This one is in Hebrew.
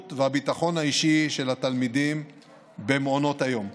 והביטחון האישי של התלמידים במעונות היום.